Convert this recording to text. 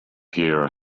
here